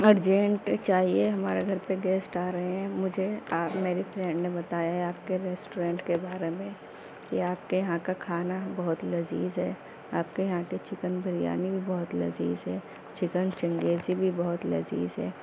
urgent چاہیے ہمارے گھر پہ گیسٹ آرہے ہیں مجھے میری فرینڈ نے بتایا ہے آپ کے ریسٹورینٹ کے بارے میں کہ آپ کے یہاں کا کھانا بہت لذیذ ہے آپ کے یہاں کی چکن بریانی بھی بہت لذیذ ہے چکن چنگیزی بھی بہت لذیذ ہے